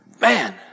Man